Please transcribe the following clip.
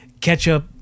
ketchup